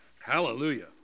Hallelujah